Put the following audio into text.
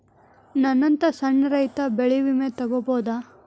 ನನ್ನಂತಾ ಸಣ್ಣ ರೈತ ಬೆಳಿ ವಿಮೆ ತೊಗೊಬೋದ?